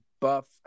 buff